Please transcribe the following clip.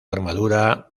armadura